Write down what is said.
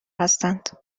هستند